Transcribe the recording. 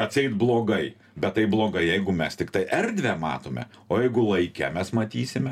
atseit blogai bet tai blogai jeigu mes tiktai erdvę matome o jeigu laike mes matysime